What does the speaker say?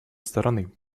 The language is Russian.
стороны